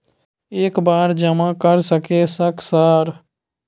एक बार जमा कर सके सक सर?